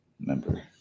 member